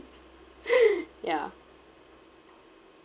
ya